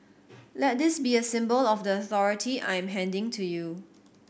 let this be a symbol of the authority I am handing to you